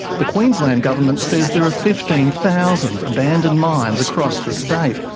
the queensland government says there are fifteen thousand abandoned mines across the state,